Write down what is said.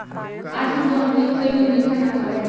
आज हम जो अंजीर खईली ऊ मीठा ना हलय